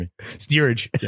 Steerage